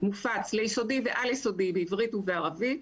מופץ ליסודי ועל-יסודי בעברית ובערבית,